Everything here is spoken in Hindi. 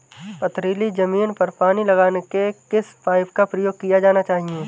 पथरीली ज़मीन पर पानी लगाने के किस पाइप का प्रयोग किया जाना चाहिए?